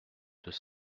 deux